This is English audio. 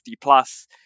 plus